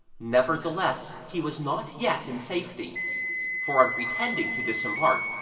nevertheless, he was not yet in safety for, on pretending to disembark,